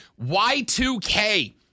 Y2K